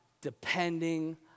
depending